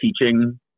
teaching